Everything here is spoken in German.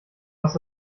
was